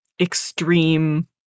extreme